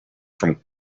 from